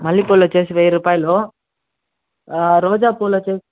మల్లె పూలొచ్చేసి వెయ్యి రూపాయలు రోజా పూలొచ్చేసి